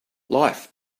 life